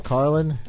Carlin